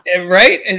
Right